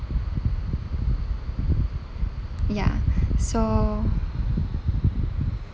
ya so